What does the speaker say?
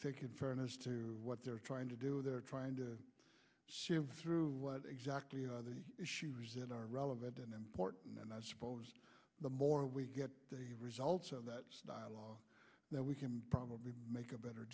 think in fairness to what they're trying to do they're trying to sort of through what exactly are the issues that are relevant and important and i suppose the more we get dave results of that style or that we can probably make a better